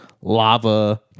lava